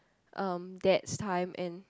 um dad's time and